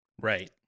Right